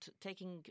taking